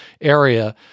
area